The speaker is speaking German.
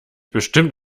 bestimmt